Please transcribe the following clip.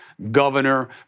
Governor